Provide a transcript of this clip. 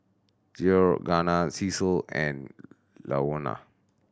Georganna Cecil and Louanna